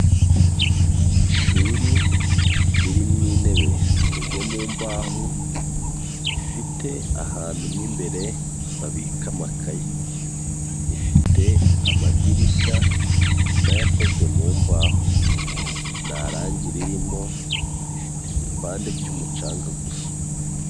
Ishuri ririmo intebe zikozwe mu mbaho, zifite ahantu mo imbere babika amakaye, rifite amadirishya na yo akozwe mu mbaho, nta rangi ririmo, rifite igipande cy'umucanga gusa.